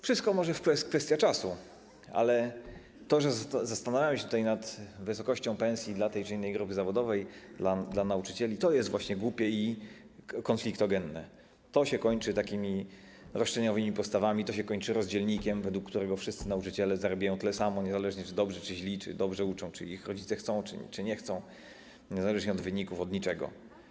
Wszystko to może kwestia czasu, ale to, że zastanawiamy się nad wysokością pensji dla tej czy innej grupy zawodowej, dla nauczycieli, jest właśnie głupie i konfliktogenne, to się kończy roszczeniowymi postawami, to się kończy rozdzielnikiem, według którego wszyscy nauczyciele zarabiają tyle samo, niezależnie od tego, czy są dobrzy, czy źli, czy dobrze uczą, czy rodzice ich chcą, czy nie chcą, niezależnie od wyników, od niczego.